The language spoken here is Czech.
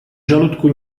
žaludku